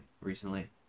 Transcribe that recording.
recently